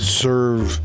serve